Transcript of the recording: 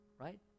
right